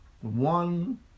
one